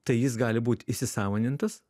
tai jis gali būt įsisąmonintas